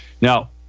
Now